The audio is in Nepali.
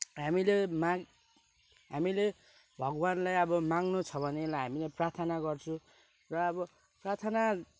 हामीले माग हामीले भगवान्लाई अब माग्नु छ भनेलाई हामीले प्रार्थना गर्छु र अब प्रार्थना